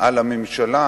על הממשלה,